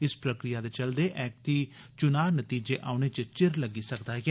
इस प्रक्रिया दे चलदे एकती चुना नतीजे औने च चिर लग्गी सकदा ऐ